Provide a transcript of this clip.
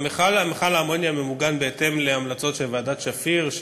מכל האמוניה ממוגן בהתאם להמלצות של ועדת שפיר,